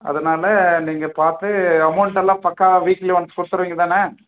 அதனால் நீங்கள் பார்த்து அமௌன்ட்டெல்லாம் பக்காவாக வீக்லி ஒன்ஸ் கொடுத்துருவீங்க தான